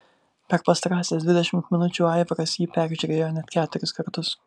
per pastarąsias dvidešimt minučių aivaras jį peržiūrėjo net keturis kartus